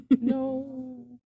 No